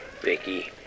Vicky